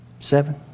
seven